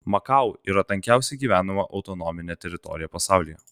makao yra tankiausiai gyvenama autonominė teritorija pasaulyje